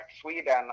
Sweden